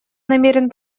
намерен